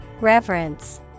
Reverence